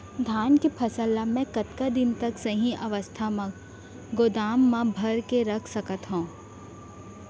धान के फसल ला मै कतका दिन तक सही अवस्था में गोदाम मा भर के रख सकत हव?